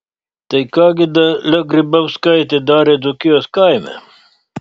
tai ką gi dalia grybauskaitė darė dzūkijos kaime